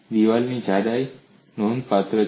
દિવાલની જાડાઈ નોંધપાત્ર છે